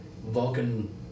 Vulcan